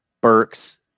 Burks